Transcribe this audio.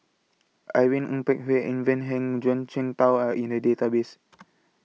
Irene Ng Phek Hoong Ivan Heng and Zhuang Shengtao Are in The Database